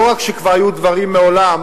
לא רק שכבר היו דברים מעולם,